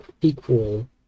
equal